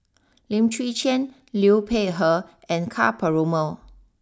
Lim Chwee Chian Liu Peihe and Ka Perumal